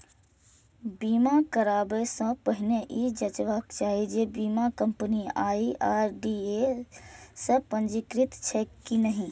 बीमा कराबै सं पहिने ई जांचबाक चाही जे बीमा कंपनी आई.आर.डी.ए सं पंजीकृत छैक की नहि